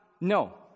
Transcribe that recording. no